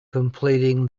completing